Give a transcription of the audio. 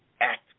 act